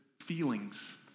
feelings